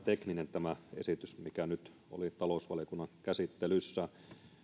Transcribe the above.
tekninen mikä nyt oli talousvaliokunnan käsittelyssä